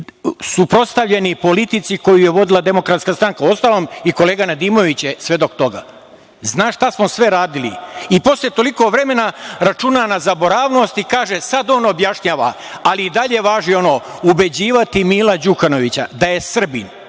suprotstavljeni politici koju je vodila DS. Uostalom, i kolega Nedimović je svedok toga. Zna šta smo sve radili i posle toliko vremena računa na zaboravnost i kaže, sad on objašnjava. Ali, i dalje važi ono ubeđivati Mila Đukanovića da je Srbin